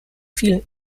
vielen